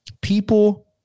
People